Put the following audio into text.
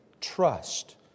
trust